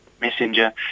messenger